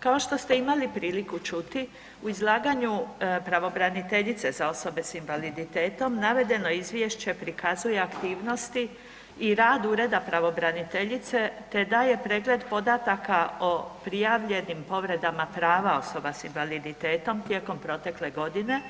Kao što ste imali priliku čuti u izlaganju pravobraniteljice za osobe s invaliditetom navedeno izvješće prikazuje aktivnosti i rad Ureda pravobraniteljice te daje pregled podataka o prijavljenim povredama prava osobe s invaliditetom tijekom protekle godine